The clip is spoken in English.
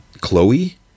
chloe